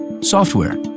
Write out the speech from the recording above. Software